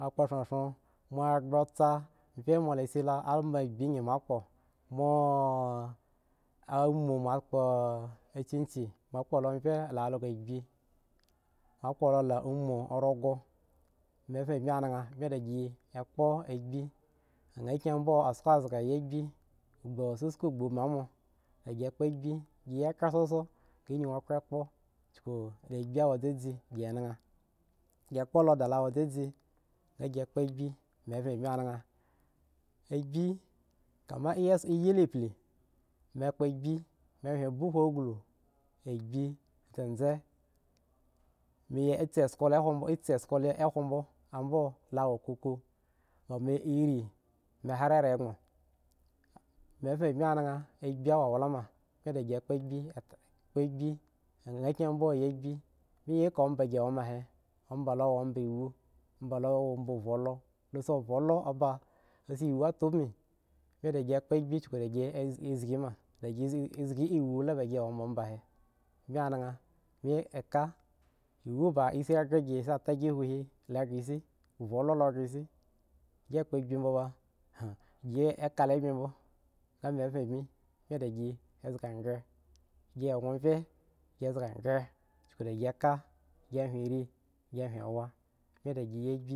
Agbrorhorhon moa agbro tsa mrye moa lasi lo mye ama agbi ngyi moa kpo moa o ah amu amo kpo a chinchin moa kpo lo mrye la also aghi moa kpo lo la umu rogho me veŋ bmi naŋ bmi dagiekpo agbi nha kyin mbo asko azhga ayi agbi agbu wo susku gbu ubin moagi kpo agbi giya kha asoso nga nyan khro kpo chuku da agbi wo dzedze gi na han ki kpo lo da lo wa dzedze nga gi kpo agbi me veŋ bmi nan agbi kama eyi zhon eyi le ble me kpo agbi moa gluhu aglu agbi dzedze me yi tsi etsoko lo hwo mbo ambo la wo kuku ba me irri me ha ragboŋ me veŋ mi naŋ agbi wo owlama bmi da gi kpo agbi. kpo agbi anho kyin mbo yi agbi. bmi yi ka omba gi wo he, amba lo wo mba ewu omba lo mba vhu lo. lo si ovhulo o ba si ewu ta ubin bmi da si chuku da si e zgi ma ba gi zgi da gi zgi ewu ta ubin ba gi wo ma omba he, bmi naŋ bmi eka ewuba isi ghre si ta gi huhwin la ghre isi ovulo ghre isi gi kpo agbi mbo ba han gi ka lo bmi mbo nga me ven bmi, bmi dagi zga ghre gi eggon mrye gi zga ghre chuku da g ka gi hwen rii si hwen wa bmi dagi yi agbi.